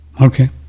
okay